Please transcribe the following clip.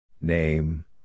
Name